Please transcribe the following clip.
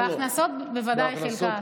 בהכנסות בוודאי היא חילקה.